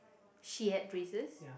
she had braces